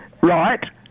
Right